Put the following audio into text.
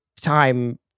time